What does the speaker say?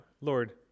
Lord